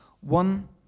one